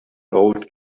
old